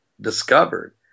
discovered